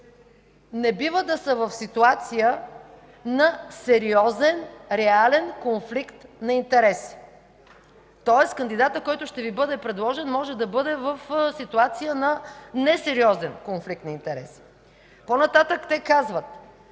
не бива да са в ситуация на сериозен, реален конфликт на интереси”. Тоест кандидатът, който ще Ви бъде предложен, може да бъде в ситуация на несериозен конфликт на интереси. По-нататък те казват: